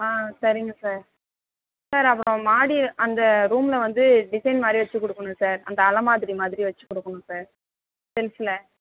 சரிங்க sir sir அப்புறம் மாடி அந்த ரூமில் வந்து டிசைன் மாதிரி வச்சுக் கொடுக்கணும் சார் அந்த அலமாரி மாதிரி வச்சுக் கொடுக்கணும் சார் செல்ஃப்பில்